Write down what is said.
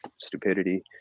stupidity